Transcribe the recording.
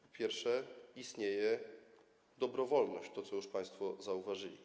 Po pierwsze, istnieje dobrowolność, jak już państwo zauważyli.